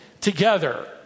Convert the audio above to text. together